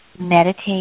Meditate